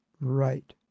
right